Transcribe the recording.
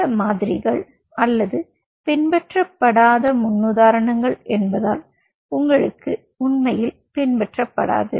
இந்த மாதிரிகள் அல்லது பின்பற்றப்படாத முன்னுதாரணங்கள் என்பதால் உங்களுக்கு உண்மையில் பின்பற்றப்படாது